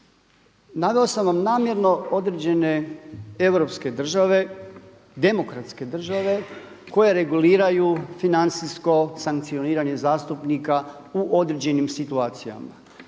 naveo sam vam namjerno određene europske države, demokratske države koje reguliraju financijsko sankcioniranje zastupnika u određenim situacijama.